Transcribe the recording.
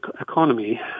economy